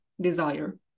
desire